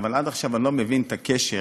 אבל עד עכשיו אני לא מבין את הקשר